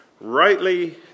rightly